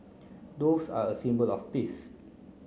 doves are a symbol of peace